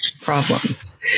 problems